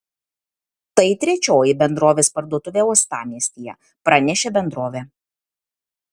tai trečioji bendrovės parduotuvė uostamiestyje pranešė bendrovė